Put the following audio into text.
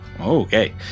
okay